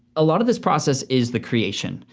a lot of this process is the creation,